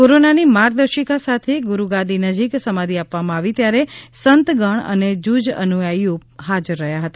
કોરોનાની માર્ગદર્શિકા સાથે ગુરૂગાદી નજીક સમાધિ આપવામાં આવી ત્યારે સંતગણ અને જૂજ અનુયાયીઓ હાજર રહ્યા હતા